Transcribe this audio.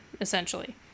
essentially